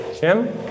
Jim